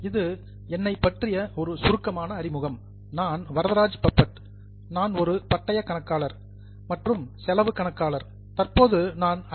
இது என்னைப் பற்றிய ஒரு சுருக்கமான அறிமுகம் நான் வரதராஜ் பப்பட் நான் ஒரு பட்டயக் கணக்காளர் மற்றும் செலவு கணக்காளர் தற்போது நான் ஐ